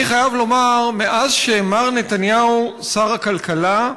אני חייב לומר, מאז שמר נתניהו שר הכלכלה,